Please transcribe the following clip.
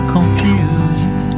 Confused